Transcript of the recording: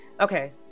Okay